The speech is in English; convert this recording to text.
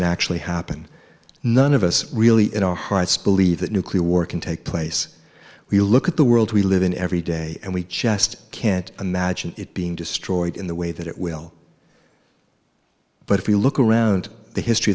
can actually happen none of us really in our hearts believe that nuclear war can take place we look at the world we live in every day and we just can't imagine it being destroyed in the way that it will but if you look around the history